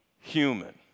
human